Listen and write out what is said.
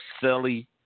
silly